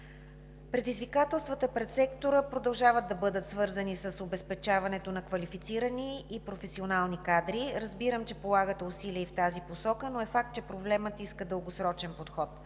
Предизвикателствата пред сектора продължават да бъдат свързани с обезпечаването на квалифицирани и професионални кадри. Разбирам, че полагате усилия и в тази посока, но е факт, че проблемът иска дългосрочен подход.